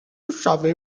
savez